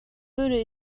würde